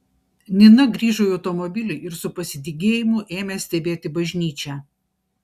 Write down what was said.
nina grįžo į automobilį ir su pasidygėjimu ėmė stebėti bažnyčią